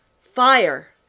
FIRE